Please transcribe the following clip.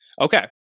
Okay